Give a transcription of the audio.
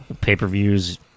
pay-per-views